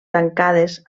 tancades